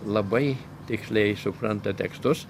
labai tiksliai supranta tekstus